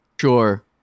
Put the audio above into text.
Sure